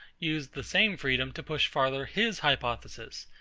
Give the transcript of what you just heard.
use the same freedom to push further his hypothesis,